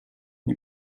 nie